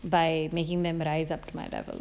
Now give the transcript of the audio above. by making them rise up to my level